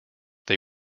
they